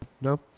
No